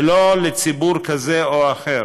ולא לציבור כזה או אחר.